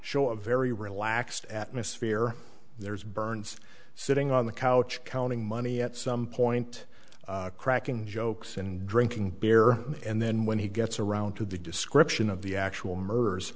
show a very relaxed atmosphere there's byrne's sitting on the couch counting money at some point cracking jokes and drinking beer and then when he gets around to the description of the actual murder